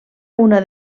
una